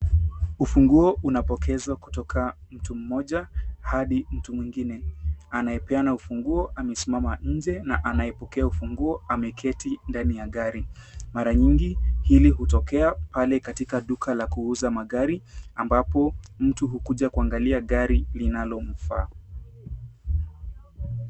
Ufunguo unapokeza kutoka mtu mmoja hadi mtu mwingine. Anayepeana ufunguo amesimama nje, na anayepokea ufunguo ameketi ndani ya gari. Mara nyingi hili hutokea pale katika duka la kuuza magari, ambapo mtu hukuja kuangalia gari linalomfaa.